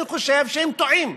אני חושב שהם טועים.